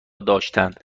داشتند